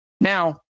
Now